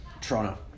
Toronto